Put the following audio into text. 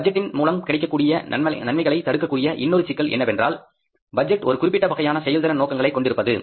பட்ஜெட்டின் மூலம் கிடைக்கக்கூடிய நன்மைகளை தடுக்கக்கூடிய இன்னொரு சிக்கல் என்னவென்றால் பட்ஜெட் ஒரு குறிப்பிட்ட வகையான செயல்திறன் நோக்கங்களைக் கொண்டிருப்பது